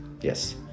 Yes